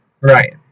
Right